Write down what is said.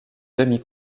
demi